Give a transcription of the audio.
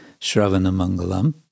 Shravanamangalam